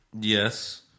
Yes